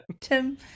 Tim